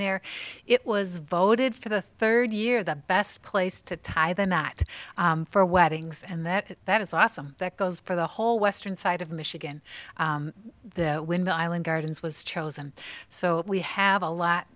their it was voted for the third year the best place to tie the knot for weddings and that that is awesome that goes for the whole western side of michigan when the island gardens was chosen so we have a lot